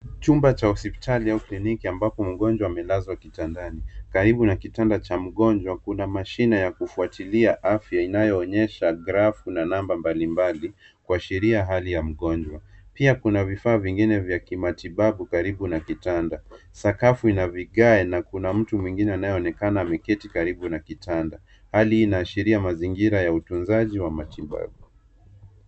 Chumba cha hospitali au kliniki ambako mgonjwa amelazwa kitandani. Karibu na kitanda cha mgonjwa, kuna mashine za kufuatilia afya inayoonyesha grafu na namba mbalimbali kuashiria hali ya mgonjwa. Pia kuna vifaa vingine vya kimatibabu karibu na kitanda. Sakafu inavigae na kuna mtu mwingine anayeonekana ameketi karibu na kitanda, hali inayoashiria mazingira ya utunzaji wa matibabu.